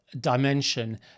dimension